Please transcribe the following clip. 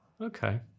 Okay